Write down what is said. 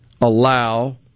allow